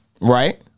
Right